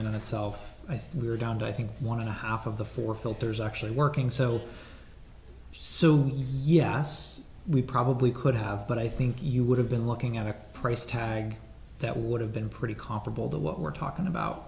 on itself i think we were down to i think one and a half of the four filters actually working so so yes we probably could have but i think you would have been looking at a price tag that would have been pretty comparable to what we're talking about